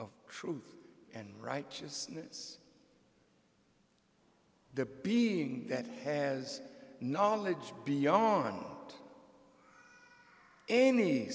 of truth and righteousness the being that has knowledge beyond any